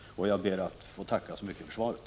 Jag ber att få tacka så mycket för svaret.